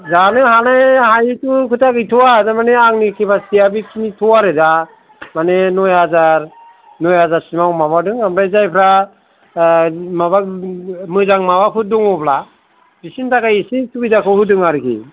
जानो हानाय हायिथ' खोथा गैथ'या थारमानि आंनि केपासिटीया बेखिनिथ' आरो दा मानि नय हाजार नय हाजार सिमाव आं माबादों ओमफ्राइ जायफ्रा माबा मोजां माबाफोर दंब्ला बिसिनि थाखाय एसे सुबिदाखौ होदों आरोखि